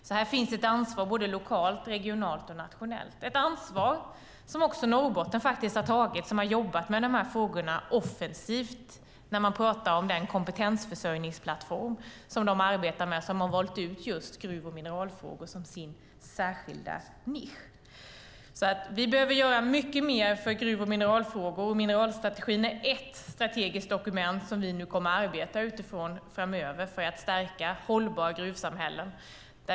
Det finns ett ansvar lokalt, regionalt och nationellt. Det är ett ansvar som Norrbotten har tagit som jobbat med dessa frågor offensivt. När man talar om den kompetensförsörjningsplattform som de arbetar med har de valt ut just gruv och mineralfrågor som sin särskilda nisch. Vi behöver göra mycket mer för gruv och mineralfrågor. Mineralstrategin är ett strategiskt dokument som vi nu kommer att arbeta utifrån framöver för att stärka hållbara gruvsamhällen.